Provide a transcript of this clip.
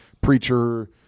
preacher